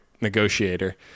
negotiator